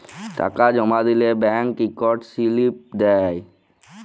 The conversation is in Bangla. টাকা জমা দিলে ব্যাংক ইকট সিলিপ দেই